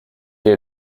est